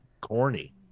corny